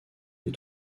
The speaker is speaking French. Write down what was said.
les